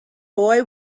boy